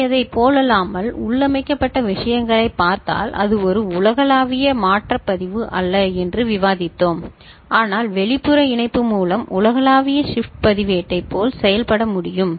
முந்தையதைப் போலல்லாமல் உள்ளமைக்கப்பட்ட விஷயங்களைப் பார்த்தால் அது ஒரு உலகளாவிய மாற்றப் பதிவு அல்ல என்று விவாதித்தோம் ஆனால் வெளிப்புற இணைப்பு மூலம் உலகளாவிய ஷிப்ட் பதிவேட்டைப் போல செயல்பட முடியும்